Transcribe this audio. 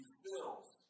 fills